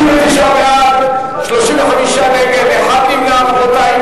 59 בעד, 35 נגד, נמנע אחד, רבותי.